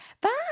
Bye